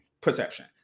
perception